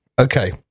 Okay